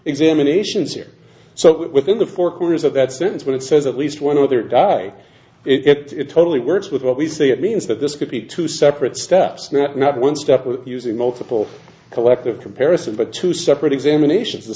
examinations here so within the four corners of that sentence when it says at least one other guy it totally works with what we say it means that this could be two separate steps not not one step of using multiple collective comparison but two separate examinations the